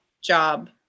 job